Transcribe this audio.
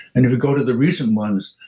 and if you go to the recent ones,